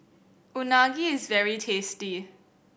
unagi is very tasty